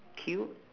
cute